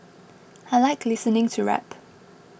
I like listening to rap